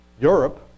Europe